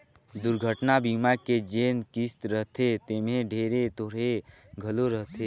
दुरघटना बीमा के जेन किस्त रथे तेम्हे ढेरे थोरहें घलो रहथे